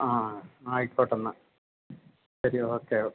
ആ ആയിക്കോട്ടെ എന്നാൽ ശരി ഓക്കെ